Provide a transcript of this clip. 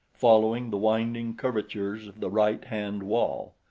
following the winding curvatures of the right-hand wall.